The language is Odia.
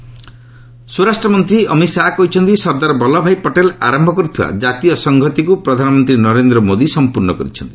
ଅମିତ ଶାହା ସ୍ୱରାଷ୍ଟ୍ରମନ୍ତ୍ରୀ ଅମିତ ଶାହା କହିଚ୍ଚନ୍ତି ସର୍ଦ୍ଦାର ବଲ୍ଲଭ ଭାଇ ପଟେଲ୍ ଆରମ୍ଭ କରିଥିବା ଜାତୀୟ ସଂହତିକୁ ପ୍ରଧାନମନ୍ତ୍ରୀ ନରେନ୍ଦ୍ର ମୋଦି ସଂପୂର୍ଣ୍ଣ କରିଛନ୍ତି